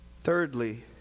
Thirdly